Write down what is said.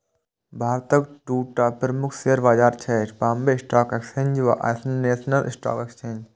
भारतक दूटा प्रमुख शेयर बाजार छै, बांबे स्टॉक एक्सचेंज आ नेशनल स्टॉक एक्सचेंज